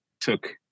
took